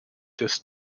this